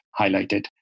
highlighted